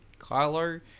Kylo